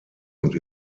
und